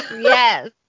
Yes